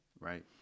Right